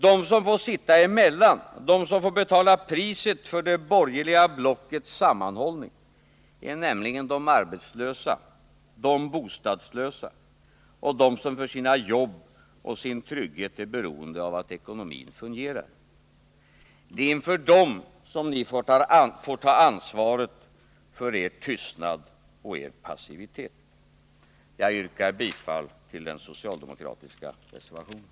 De som får sitta emellan, de som får betala priset för det borgerliga blockets sammanhållning, är nämligen de arbetslösa, de bostadslösa och de som för sitt jobb och sin trygghet är beroende av att ekonomin fungerar. Det är inför dem som ni får ta ansvaret för er tystnad och er passivitet. Jag yrkar bifall till den socialdemokratiska reservationen.